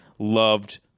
loved